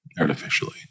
artificially